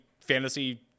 fantasy